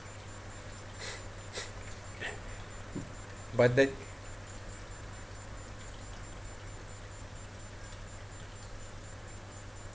but the